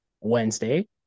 Wednesday